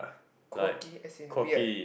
quirky as in weird